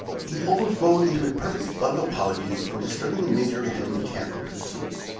he overflowed into a perfect flood of apologies for disturbing the major at his mechanical pursuits.